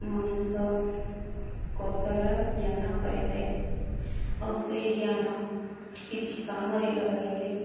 ମଣିଷ କୌଶଳ ଜ୍ଞାନ କରିଥାଏ ଆଉ ସେଇ ଜ୍ଞାନ କିଛି କାମରେ ଲଗାଇଲେ